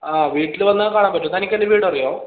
ആ വീട്ടിൽ വന്നാൽ കാണാൻ പറ്റും തനിക്ക് എൻ്റെ വീട് അറിയുമോ